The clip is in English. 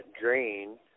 drain